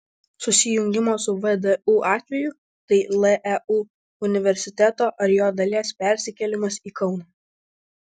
susijungimo su vdu atveju tai leu universiteto ar jo dalies persikėlimas į kauną